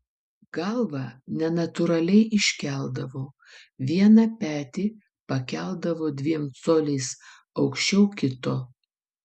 galvą nenatūraliai iškeldavo vieną petį pakeldavo dviem coliais aukščiau kito